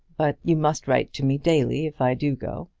but you must write to me daily if i do go.